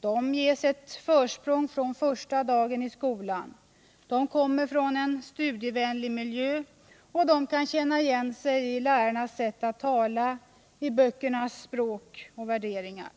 De ges ett försprång från första dagen i skolan. De kommer från en studievänlig miljö. De kan känna igen sig i lärarnas sätt att tala, i böckernas språk och värderingar.